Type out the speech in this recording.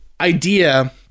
idea